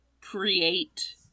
create